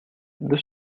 deux